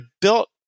built